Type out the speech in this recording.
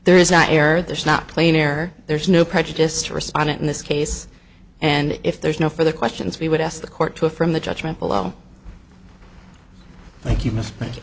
there is not a or there's not clean air there's no prejudice to respondent in this case and if there's no further questions we would ask the court to affirm the judgment below thank you must thank